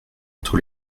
entre